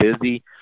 busy